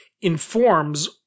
informs